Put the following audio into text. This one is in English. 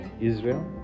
Israel